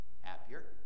happier